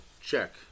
check